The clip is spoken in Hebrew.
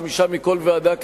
חמישה מכל ועדה,